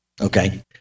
Okay